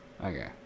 Okay